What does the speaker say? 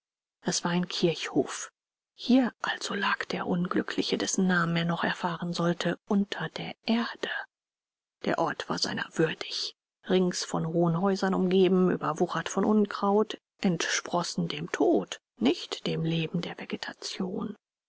es war ein kirchhof hier also lag der unglückliche dessen namen er noch erfahren sollte unter der erde der ort war seiner würdig rings von hohen häusern umgeben überwuchert von unkraut entsprossen dem tod nicht dem leben der vegetation